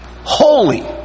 holy